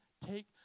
take